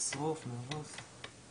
נשרוף את החנות.